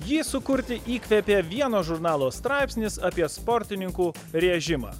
jį sukurti įkvėpė vieno žurnalo straipsnis apie sportininkų rėžimą